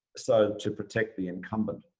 so to protect the incumbent.